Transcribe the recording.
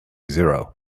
zero